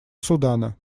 судана